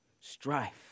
strife